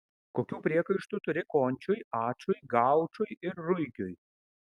kokių priekaištų turi končiui ačui gaučui ir ruikiui